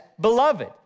beloved